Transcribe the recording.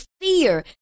fear